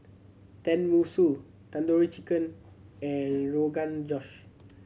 Tenmusu Tandoori Chicken and Rogan Josh